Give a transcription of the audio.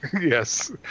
yes